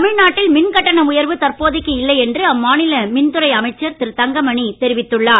தமிழ்நாட்டில் மின்கட்டண உயர்வு தற்போதைக்கு இல்லை என்று அம்மாநில மின்துறை அமைச்சர் திரு தங்கமணி தெரிவித்துள்ளார்